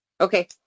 Okay